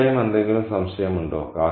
തീർച്ചയായും എന്തെങ്കിലും സംശയമുണ്ടോ